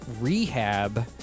rehab